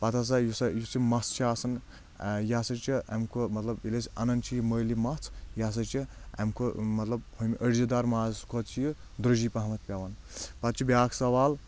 پَتہٕ ہسا یُس یُس یہِ مَس چھِ آسان یہِ ہسا چھِ اَمہِ کھۄ مطلب ییٚلہِ أسۍ اَنان چھِ یہِ مٔلۍ یہِ مژھ یہِ ہسا چھِ اَمہِ کھۄتہٕ ہُمہِ أڑجہِ دار مازَس کھۄتہٕ چھِ یہِ درجی پہمَتھ پؠوان پَتہٕ چھُ بیاکھ سوال